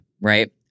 right